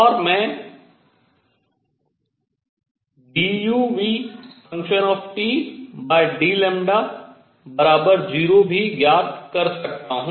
और मैं dudλ0 भी ज्ञात कर सकता हूँ